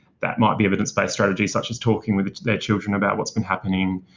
that might be evidence-based strategy, such as talking with their children about what's been happening,